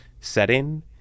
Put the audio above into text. setting